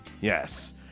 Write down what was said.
Yes